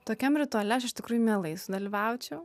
tokiam rituale aš iš tikrųjų mielai sudalyvaučiau